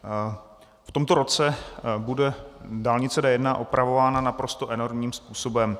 V tomto roce bude dálnice D1 opravována naprosto enormním způsobem.